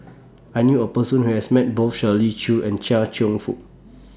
I knew A Person Who has Met Both Shirley Chew and Chia Cheong Fook